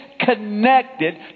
Connected